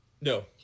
no